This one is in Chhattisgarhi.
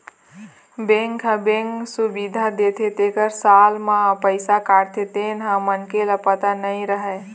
बेंक ह बेंक सुबिधा देथे तेखर साल म पइसा काटथे तेन ह मनखे ल पता नइ रहय